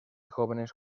jóvenes